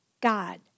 God